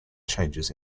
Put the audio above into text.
changes